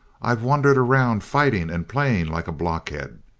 i've wandered around fighting and playing like a block-head.